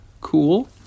cool